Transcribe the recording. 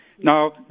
Now